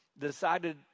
decided